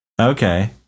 Okay